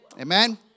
Amen